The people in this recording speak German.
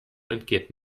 entgeht